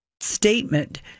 Statement